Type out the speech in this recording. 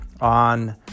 on